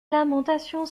lamentation